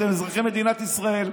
אתם אזרחי מדינת ישראל,